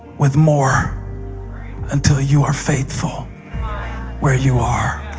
with more until you are faithful where you are?